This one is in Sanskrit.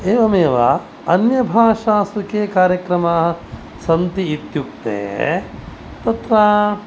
एवमेव अन्यभाषासु के कार्यक्रमाः सन्ति इत्युक्ते तत्र